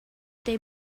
they